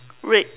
red